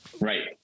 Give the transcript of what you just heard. Right